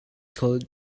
called